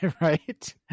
right